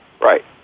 Right